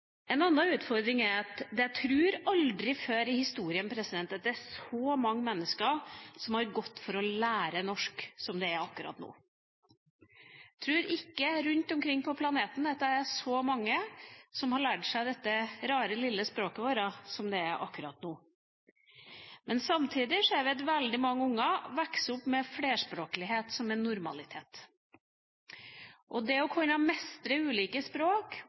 En annen utfordring er at jeg tror at aldri før i historien har så mange mennesker gått for å lære norsk som akkurat nå. Jeg tror ikke at det rundt omkring på planeten er så mange som har lært seg dette rare, lille språket vårt, som akkurat nå. Samtidig ser vi at veldig mange unger vokser opp med flerspråklighet som en normalitet. Det å kunne mestre ulike språk